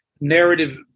narrative